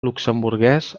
luxemburguès